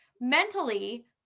Mentally